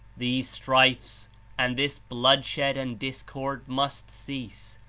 these strifes and this bloodshed and discord must cease,